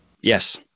Yes